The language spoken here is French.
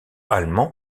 allemand